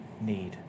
need